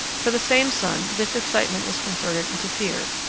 for the same son this excitement is converted into fear.